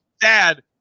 Dad